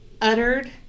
uttered